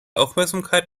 aufmerksamkeit